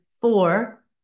four